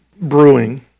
brewing